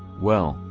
well,